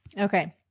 Okay